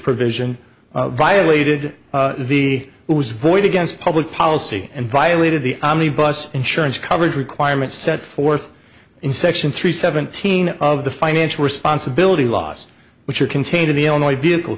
provision violated the it was void against public policy and violated the on the bus insurance coverage requirement set forth in section three seventeen of the financial responsibility laws which are contained in the illinois vehicle